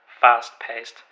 fast-paced